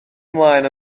ymlaen